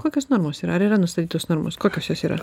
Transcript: kokios namos ir ar yra nustatytos normos kokios jos yra